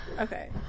Okay